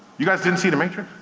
you guys didn't see the matrix?